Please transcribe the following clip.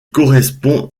correspond